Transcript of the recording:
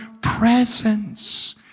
presence